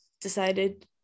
decided